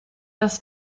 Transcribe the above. das